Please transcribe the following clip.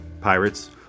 pirates